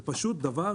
זה פשוט דבר